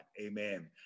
amen